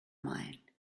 mine